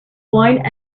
wine